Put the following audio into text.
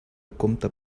compte